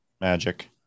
magic